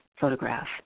photograph